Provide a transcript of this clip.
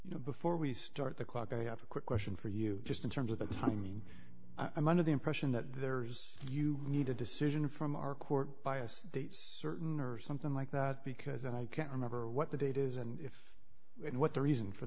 you know before we start the clock i have a quick question for you just in terms of the timing i'm under the impression that there's you need a decision from our court bias certain or something like that because i can't remember what the date is and if what the reason for